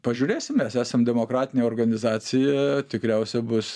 pažiūrėsim mes esam demokratinė organizacija tikriausia bus